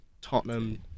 Tottenham